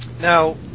Now